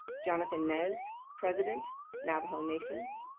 jonathan nez, president navajo nation.